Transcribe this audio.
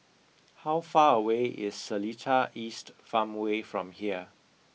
how far away is Seletar East Farmway from here